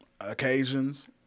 occasions